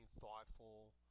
thoughtful